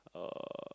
uh